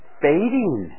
fading